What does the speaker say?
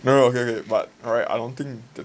no no okay but right I don't think